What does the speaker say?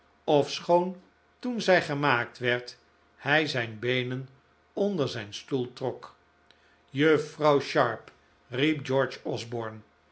ofschoon toen zij gemaakt werd hij zijn beenen onder zijn stoel trok juffrouw sharp riep george osborne